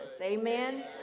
Amen